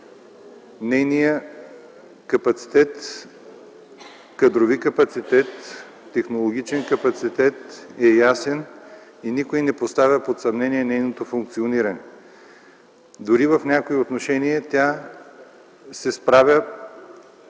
Нейният кадрови и технологичен капацитет е ясен и никой не поставя под съмнение нейното функциониране. Дори в някои отношения тя се справя